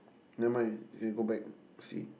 never mind you can go back see